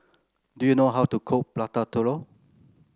do you know how to cook Prata Telur